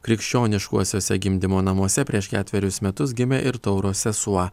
krikščioniškuosiuose gimdymo namuose prieš ketverius metus gimė ir tauro sesuo